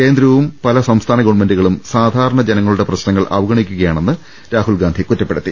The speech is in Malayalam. കേന്ദ്രവും പല സംസ്ഥാന ഗവൺമെന്റുകളും സാധാരണ ജനങ്ങളുടെ പ്രശ്നങ്ങൾ അവഗണിക്കുകയാണെന്നും രാഹുൽഗാന്ധി കുറ്റപ്പെടുത്തി